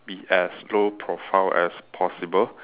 be as low profile as possible